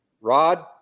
Rod